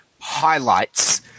highlights